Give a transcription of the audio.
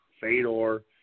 Fedor